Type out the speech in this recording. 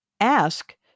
ask